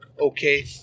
Okay